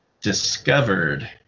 discovered